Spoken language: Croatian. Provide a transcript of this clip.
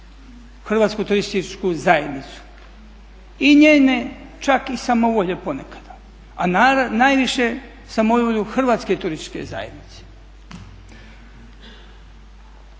Hrvatsku turističku zajednicu i njene čak i samovolje ponekad, a najviše samovolju hrvatske turističke zajednice.